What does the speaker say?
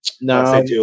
No